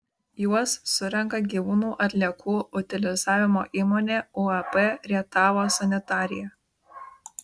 juos surenka gyvūnų atliekų utilizavimo įmonė uab rietavo sanitarija